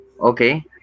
Okay